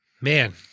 man